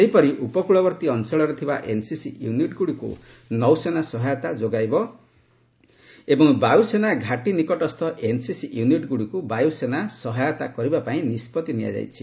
ସେହିପରି ଉପକୂଳବର୍ତ୍ତୀ ଅଞ୍ଚଳରେ ଥିବା ଏନ୍ସିସି ୟୁନିଟ୍ଗୁଡ଼ିକୁ ନୌସେନା ସହାୟତା ଯୋଗାଇବ ଏବଂ ବାୟୁସେନା ଘାଟୀ ନିକଟସ୍ଥ ଏନ୍ସିସି ୟୁନିଟ୍ଗୁଡ଼ିକୁ ବାୟୁସେନା ସହାୟତା କରିବା ପାଇଁ ନିଷ୍ପଭି ନିଆଯାଇଛି